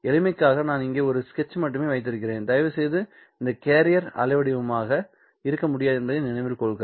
எளிமைக்காக நான் இங்கே ஒரு ஸ்கெட்ச் மட்டுமே வைத்திருக்கிறேன் தயவுசெய்து இந்த கேரியர் அலைவடிவமாக இருக்க முடியாது என்பதை நினைவில் கொள்க